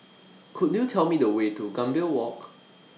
Could YOU Tell Me The Way to Gambir Walk